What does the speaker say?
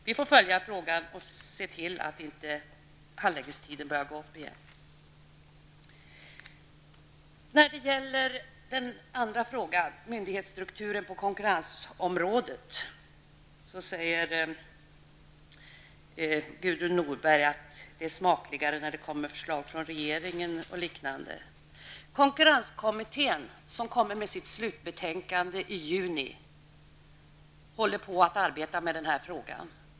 Vi får följa frågan och se till att handlingstiderna inte förlängs igen. När det gäller den andra frågan, myndighetsstrukturen på konkurrensområdet, säger Gudrun Norberg att det är smakligare när det kommer förslag från regeringen. Konkurrenskommittén, som lägger fram sitt slutbetänkande i juni, håller på att arbeta med denna fråga.